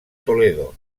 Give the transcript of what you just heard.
toledo